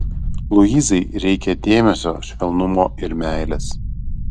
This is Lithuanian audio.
luizai reikia dėmesio švelnumo ir meilės